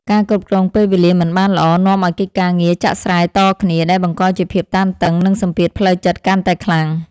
ការគ្រប់គ្រងពេលវេលាមិនបានល្អ នាំឱ្យកិច្ចការងារចាក់ស្រែតគ្នា ដែលបង្កជាភាពតានតឹង និងសម្ពាធផ្លូវចិត្តកាន់តែខ្លាំង។